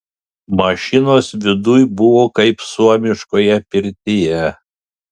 mašinos viduj buvo kaip suomiškoje pirtyje